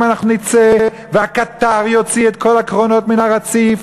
אנחנו נצא והקטר יוציא את כל הקרונות מן הרציף.